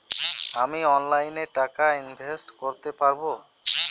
আমি অনলাইনে টাকা ইনভেস্ট করতে পারবো?